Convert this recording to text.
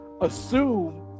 assume